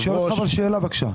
אני שואל אותך שאלה בבקשה.